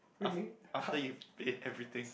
af~ after you plan everything